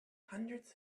hundreds